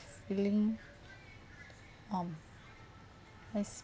feeling on as